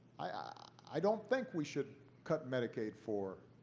i don't think we should cut medicaid for